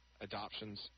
adoptions